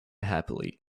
happily